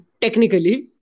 technically